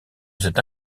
cette